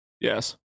Yes